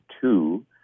two